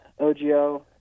OGO